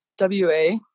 WA